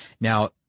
Now